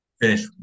finish